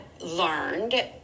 learned